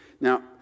Now